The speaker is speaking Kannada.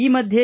ಈ ಮಧ್ಯೆ